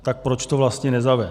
Tak proč to vlastně nezavést?